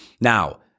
Now